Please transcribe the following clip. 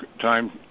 time